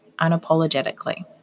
unapologetically